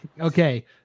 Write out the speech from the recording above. Okay